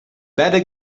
better